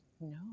no